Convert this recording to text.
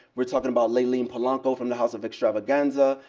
we're talking about layleen polanco from the house of extravaganza,